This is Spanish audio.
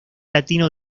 latino